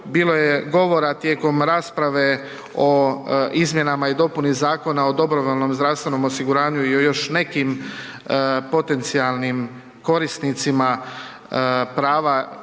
Bilo je govora tijekom rasprave o izmjenama i dopuni Zakona o dobrovoljnom zdravstvenom osiguranju i o još nekim potencijalnim korisnicima prava